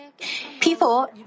people